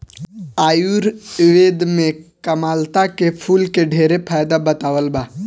आयुर्वेद में कामलता के फूल के ढेरे फायदा बतावल बा